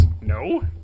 No